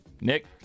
Nick